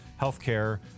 healthcare